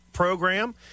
program